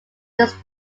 this